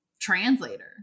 translator